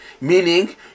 meaning